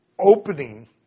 opening